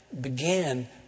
began